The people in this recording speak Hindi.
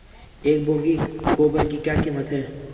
एक बोगी गोबर की क्या कीमत है?